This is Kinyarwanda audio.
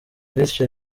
bityo